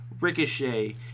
Ricochet